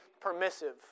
permissive